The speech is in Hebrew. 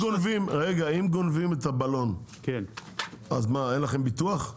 רגע, אם גונבים את הבלון, אז אין לכם ביטוח?